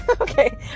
Okay